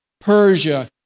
Persia